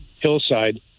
hillside